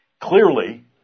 Clearly